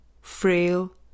Frail